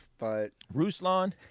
Ruslan